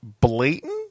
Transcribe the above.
blatant